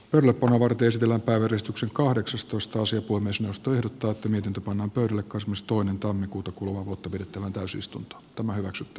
yllä oleva keskellä päivää ristuksen kahdeksastoista sija on myös muistoja tuotti miten tupannut pöydälle cosmos toinen tammikuuta kuluvaa vuotta virtaan täysistunto on hyväksytty